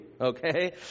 okay